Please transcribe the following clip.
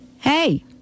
hey